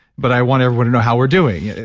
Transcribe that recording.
but i want everyone to know how we're doing.